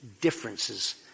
differences